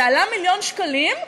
זה עלה מיליון שקלים,